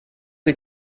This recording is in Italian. dei